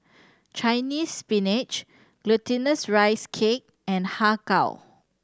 Chinese Spinach Glutinous Rice Cake and Har Kow